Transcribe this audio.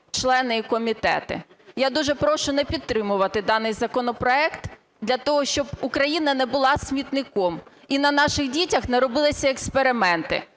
члени і комітети. Я дуже прошу не підтримувати даний законопроект для того, щоб Україна не була смітником, і на наших дітях не робилися експерименти.